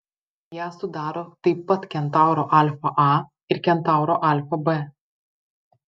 ją sudaro taip pat kentauro alfa a ir kentauro alfa b